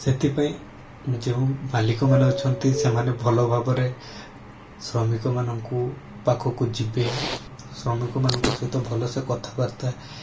ସେଥିପାଇଁ ଯେଉଁ ମାଲିକମାନେ ଅଛନ୍ତି ସେମାନେ ଭଲ ଭାବରେ ଶ୍ରମିକମାନଙ୍କୁ ପାଖକୁ ଯିବେ ଶ୍ରମିକମାନଙ୍କ ସହିତ ଭଲସେ କଥାବାର୍ତ୍ତା